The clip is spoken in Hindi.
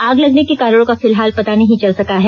आग लगने के कारणों का फिलहाल पता नहीं चल सका है